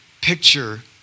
picture